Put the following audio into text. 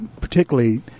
particularly –